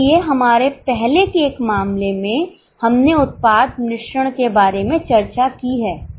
इसलिए हमारे पहले के एक मामले में हमने उत्पाद मिश्रण के बारे में चर्चा की है